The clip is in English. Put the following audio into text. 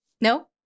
No